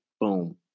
boom